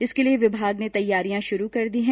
इसके लिए विभाग ने तैयारियां शुरू कर दी हैं